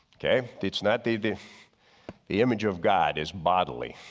okay, it's not the the the image of god is bodily.